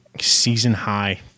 season-high